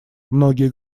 многие